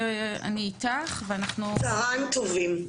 צהריים טובים.